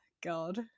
God